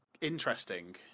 interesting